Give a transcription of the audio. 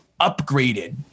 upgraded